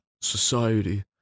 society